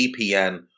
VPN